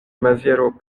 maziero